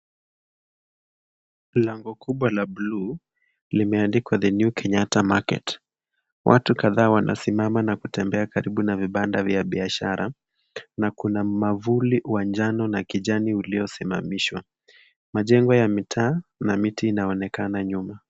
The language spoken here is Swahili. Lango kubwa la buluu, limeandikwa The new kenyatta market , watu kadhaa wanasimama na kutembea karibu na vibanda vya biashara na kuna mwavuli wa njano na kijani ulio simamishwa. Majengo ya mitaa na miti inaonekana nyuma.